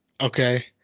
Okay